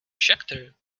scheckter